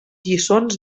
lliçons